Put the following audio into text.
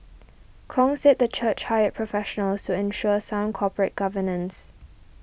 Kong said the church hired professionals to ensure sound corporate governance